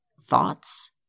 thoughts